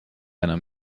enam